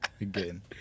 again